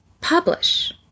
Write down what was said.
publish